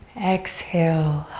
exhale.